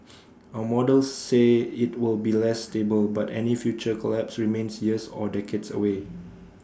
our models say IT will be less stable but any future collapse remains years or decades away